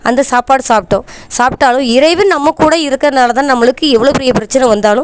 அந்த சாப்பாடு சாப்பிட்டோம் சாப்பிட்டாலும் இறைவன் நம்ம கூட இருக்கிறதுனால தான் நம்மளுக்கு எவ்வளோ பெரிய பிரச்சனை வந்தாலும்